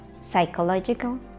psychological